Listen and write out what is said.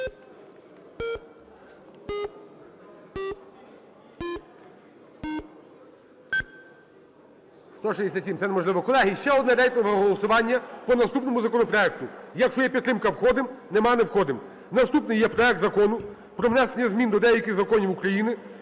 За-167 Це неможливо. Колеги, ще одне рейтингове голосування по наступному законопроекту. Якщо є підтримка - входимо, нема - не входимо. Наступний є проект Закону про внесення змін до деяких законів України